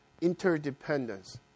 interdependence